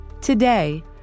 Today